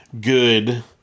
good